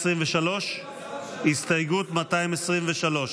223. הסתייגות 223,